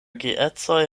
geedzoj